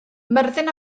myrddin